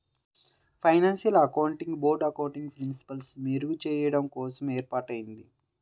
financial accounting board accounting ప్రిన్సిపల్స్ని మెరుగుచెయ్యడం కోసం ఏర్పాటయ్యింది